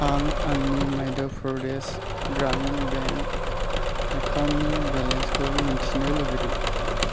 आं आंनि मध्य प्रदेश ग्रामिन बेंक एकाउन्टनि बेलेन्सखौ मिथिनो लुबैदों